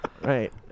Right